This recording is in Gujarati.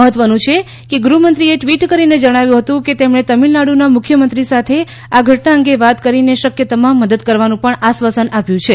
મહત્વનું છે કે ગૃહ્મંત્રીએ ટિવટ કરીને જણાવ્યું હતું કે તેમણે તમિલનાડુના મુખ્યમંત્રી સાથે આ ઘટના અંગે વાત કરીને શકય તમામ મદદ કરવાનું પણ આશ્વાસન આપ્યું છે